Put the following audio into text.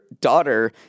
daughter